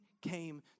came